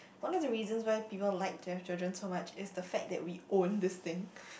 one of the reasons why people like to have children so much is the fact that we own this thing